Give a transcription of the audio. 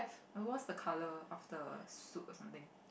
and what's the colour of the soup or something